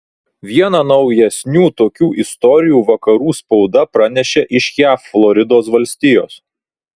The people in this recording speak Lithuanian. vieną naujesnių tokių istorijų vakarų spauda pranešė iš jav floridos valstijos